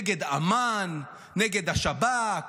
נגד אמ"ן, נגד השב"כ.